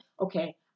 okay